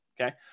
okay